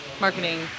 marketing